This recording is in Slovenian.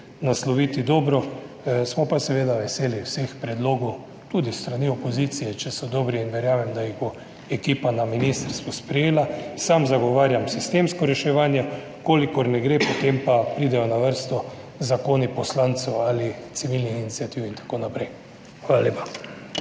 nasloviti, smo pa seveda veseli vseh predlogov, tudi s strani opozicije, če so dobri, in verjamem, da jih bo ekipa na ministrstvu sprejela. Sam zagovarjam sistemsko reševanje, če ne gre, pa potem pridejo na vrsto zakoni poslancev ali civilnih iniciativ in tako naprej. Hvala lepa.